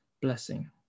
blessing